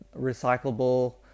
recyclable